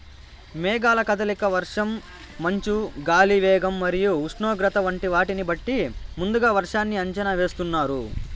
మేఘాల కదలిక, వర్షం, మంచు, గాలి వేగం మరియు ఉష్ణోగ్రత వంటి వాటిని బట్టి ముందుగా వర్షాన్ని అంచనా వేస్తున్నారు